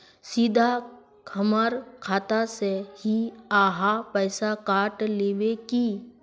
सीधा हमर खाता से ही आहाँ पैसा काट लेबे की?